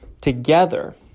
together